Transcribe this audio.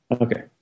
Okay